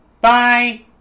Bye